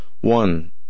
One